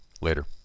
Later